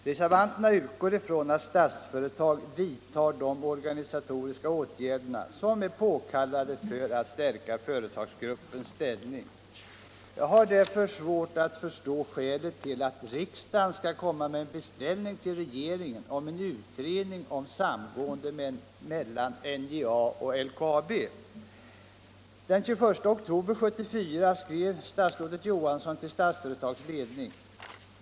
Reservanterna utgår ifrån att Statsföretag vidtar de organisatoriska åtgärder som är påkallade för att stärka företagsgruppens ställning. Jag har därför svårt att förstå skälet till att riksdagen skall komma med en beställning till regeringen om en utredning om samgående mellan NJA och LKAB. Den 21 oktober 1974 skrev statsrådet Johansson till Statsföretags ledning.